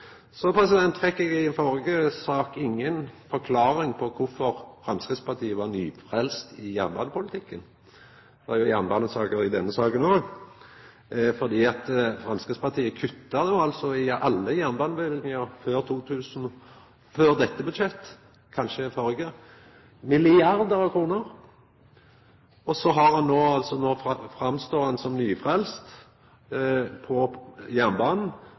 Så fekk eg i den førre saka inga forklaring på kvifor Framstegspartiet var nyfrelst i jernbanepolitikken. Det er jo jernbanesaker i denne saka òg. For Framstegspartiet kutta altså i alle jernbaneløyvingar før dette budsjettet – og kanskje det førre – milliardar av kroner, og så står ein no altså fram som nyfrelst på